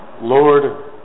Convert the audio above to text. Lord